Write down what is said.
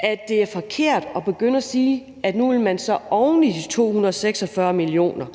at det er forkert at begynde at sige, at nu vil man så oven i de 246 mio.